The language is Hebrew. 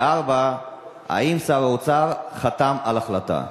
4. האם שר האוצר חתם על ההחלטה?